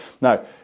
Now